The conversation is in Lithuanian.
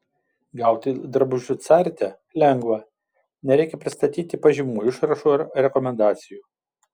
gauti drabužių carite lengva nereikia pristatyti pažymų išrašų ar rekomendacijų